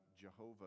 Jehovah